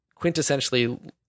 quintessentially